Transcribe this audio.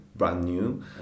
brand-new